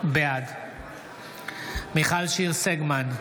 בעד מיכל שיר סגמן,